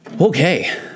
Okay